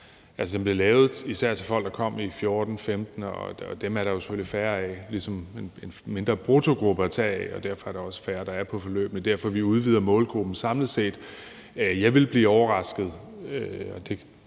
fordi den blev lavet især til folk, der kom i 2014-15, og dem er der jo færre af, altså ligesom en mindre bruttogruppe at tage af, og derfor er der også færre, der er på et forløb. Det er derfor, vi udvider målgruppen samlet set. Jeg ville blive overrasket – de